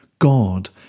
God